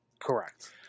Correct